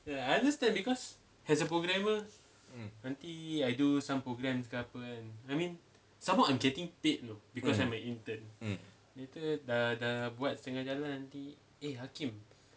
mm mm mm